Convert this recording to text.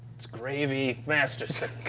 it's gravy masterson.